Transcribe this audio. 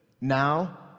now